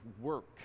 work